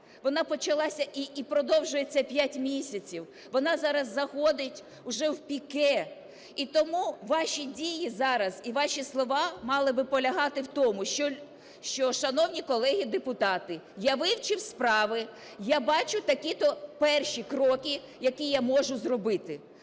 Вона почалася і продовжується 5 місяців. Вона зараз заходить уже в піке. І тому ваші дії зараз і ваші слова мали би полягати в тому, що "шановні колеги депутати, я вивчив справи, я бачу такі-то перші кроки, які я можу зробити".